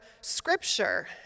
scripture